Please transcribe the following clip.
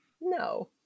No